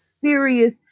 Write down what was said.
serious